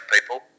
people